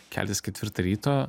keltis ketvirtą ryto